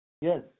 yes